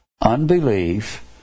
unbelief